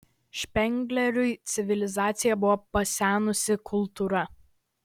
špengleriui civilizacija buvo pasenusi kultūra